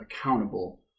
accountable